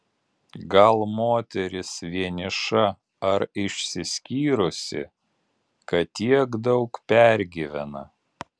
gal moteris vieniša ar išsiskyrusi kad tiek daug pergyvena